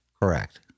Correct